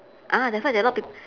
ah that's why a lot of peop~